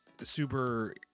super